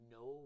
no